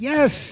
Yes